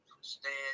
stand